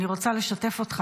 אני רוצה לשתף אותך,